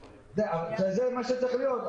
זה מה שצריך להיות.